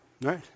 Right